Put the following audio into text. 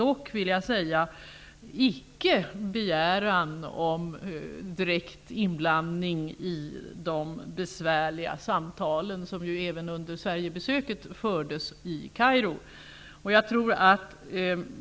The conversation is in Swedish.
Jag vill säga att det dock icke var en begäran om direkt inblandning i de besvärliga samtalen som även under Sverigebesöket fördes i Kairo.